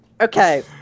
okay